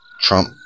Trump